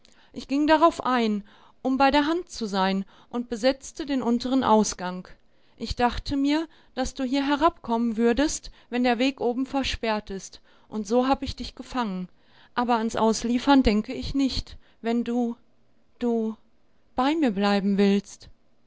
ich ging darauf ein um bei der hand zu sein und besetzte den unteren ausgang ich dachte mir daß du hier herabkommen würdest wenn der weg oben versperrt ist und so hab ich dich gefangen aber ans ausliefern denke ich nicht wenn du du bei mir bleiben willst